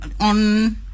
on